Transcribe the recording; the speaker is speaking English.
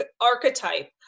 archetype